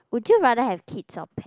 would you rather have kids or pet